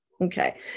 Okay